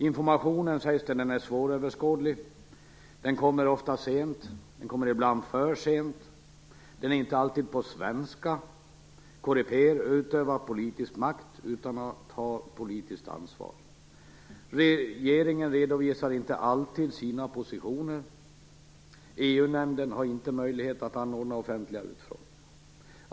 Informationen sägs vara svåröverskådlig; den kommer ofta sent, ibland för sent, och är inte alltid på svenska. Coreper utövar politisk makt utan att ha politiskt ansvar. Regeringen redovisar inte alltid sina positioner. EU-nämnden har inte möjlighet att anordna offentliga utfrågningar.